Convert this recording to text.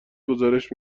گزارش